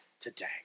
today